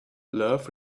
love